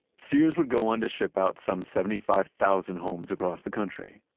sears would go on to ship out some seventy five thousand homes across the country.